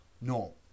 No